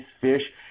fish